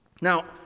Now